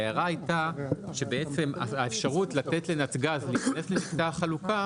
ההערה הייתה שהאפשרות לתת לנתג"ז להיכנס למקטע החלוקה